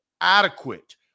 adequate